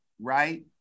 right